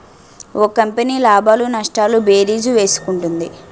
ఒక కంపెనీ లాభాలు నష్టాలు భేరీజు వేసుకుంటుంది